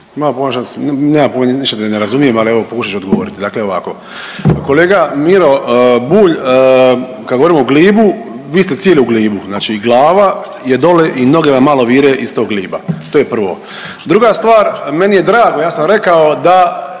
ne razumije./... nemam pojma, ništa te ne razumijem, ali evo, pokušat ću odgovoriti. Dakle ovako, kolega Miro Bulj, kad govorimo o glibu, vi ste cili u glibu, znači glava je dole i noge vam malo vire iz tog gliba. To je prvo. Druga stvar, meni je drago, ja sam rekao da